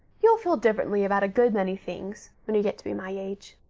you'll feel differently about a good many things when you get to be my age,